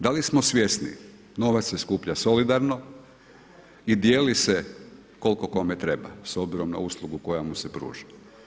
Da li smo svjesni, novac se skuplja solidarno i dijeli se koliko kome treba s obzirom na uslugu koja mu se pruža.